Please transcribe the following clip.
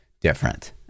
different